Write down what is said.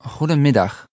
Goedemiddag